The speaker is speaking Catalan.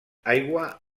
aigua